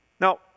Now